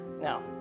no